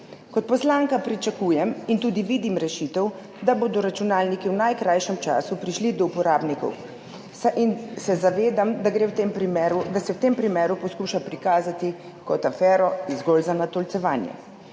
Kot poslanka pričakujem in tudi vidim rešitev, da bodo računalniki v najkrajšem času prišli do uporabnikov, in se zavedam, da gre v tem primeru, da se v tem primeru poskuša prikazati kot afero zgolj za natolcevanje.